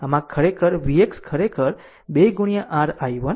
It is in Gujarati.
આમ આ ખરેખર vx ખરેખર 2 r i1 આ 2 r i1 છે